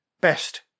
best